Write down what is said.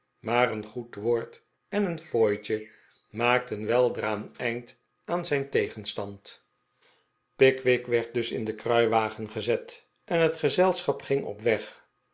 maar een goed woord en een fooitje maakten weldra een eind aan zijn tegenstand pickwick werd dus in den kruiwagen gezet en het gezelschap ging op weg